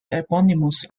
eponymous